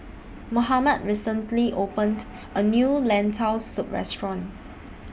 Mohammad recently opened A New Lentil Soup Restaurant